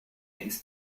ist